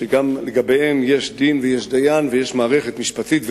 שגם לגביהם יש דין ויש דיין ויש מערכת משפטית וחוקית,